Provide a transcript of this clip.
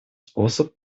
способ